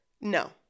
No